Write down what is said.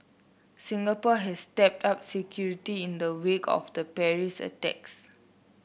Singapore has stepped up security in the wake of the Paris attacks